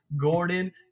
Gordon